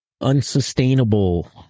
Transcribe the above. unsustainable